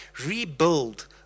rebuild